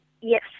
Yes